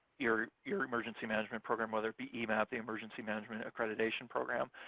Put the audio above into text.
your your emergency management program, whether it be emap, the emergency management accreditation program.